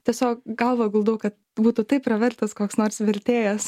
tiesiog galvą guldau kad būtų taip pravertęs koks nors vertėjas